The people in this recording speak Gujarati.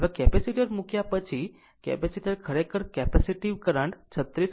હવે કેપેસિટર મૂક્યા પછી કેપેસિટર ખરેખર કેપેસિટીવ કરંટ 36